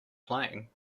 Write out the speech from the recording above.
playing